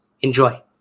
Enjoy